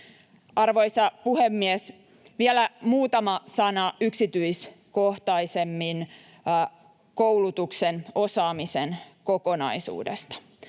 Arvoisa puhemies! Vielä muutama sana yksityiskohtaisemmin koulutuksen, osaamisen kokonaisuudesta.